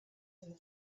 and